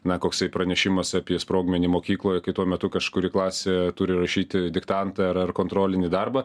na koksai pranešimas apie sprogmenį mokykloje kai tuo metu kažkuri klasė turi rašyti diktantą ar ar kontrolinį darbą